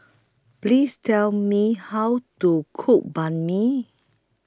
Please Tell Me How to Cook Banh MI